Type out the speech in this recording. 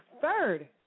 third